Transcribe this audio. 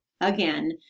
again